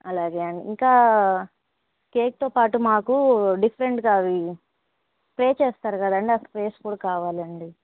అలాగే అండి ఇంకా కేక్తో పాటు మాకు డిఫరెంట్గా అవి స్ప్రే చేస్తారు కదండీ ఆ స్ప్రేస్ కూడా కావాలండి